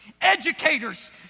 educators